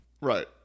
right